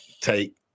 take